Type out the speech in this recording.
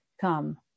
come